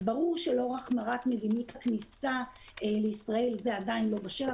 ברור שלאור החמרת מדיניות הכניסה לישראל זה עדיין לא בשל,